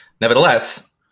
Nevertheless